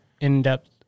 in-depth